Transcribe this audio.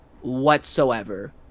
whatsoever